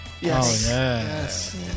Yes